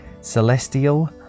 Celestial